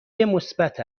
مثبت